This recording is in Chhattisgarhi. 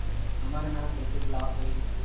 हमर ह कइसे ब्लॉक होही?